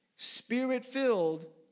Spirit-filled